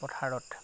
পথাৰত